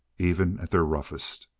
even at their roughest.